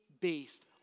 based